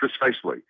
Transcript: Precisely